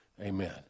Amen